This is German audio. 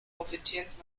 profitiert